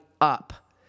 up